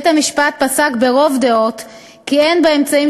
בית-המשפט פסק ברוב דעות כי אין באמצעים